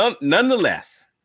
Nonetheless